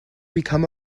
become